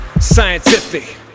Scientific